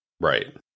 Right